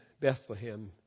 Bethlehem